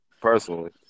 personally